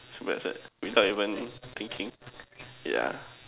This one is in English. simple as that without even thinking yeah